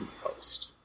post